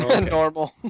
normal